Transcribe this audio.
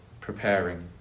preparing